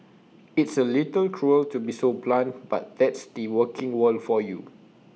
it's A little cruel to be so blunt but that's the working world for you